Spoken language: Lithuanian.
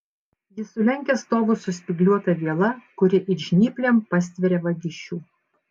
ji sulenkia stovus su spygliuota viela kuri it žnyplėm pastveria vagišių